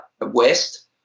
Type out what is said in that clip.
west